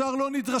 השאר לא נדרשים.